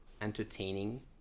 entertaining